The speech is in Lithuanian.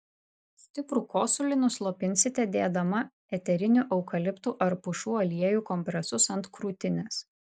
stiprų kosulį nuslopinsite dėdama eterinių eukaliptų ar pušų aliejų kompresus ant krūtinės